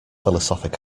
philosophic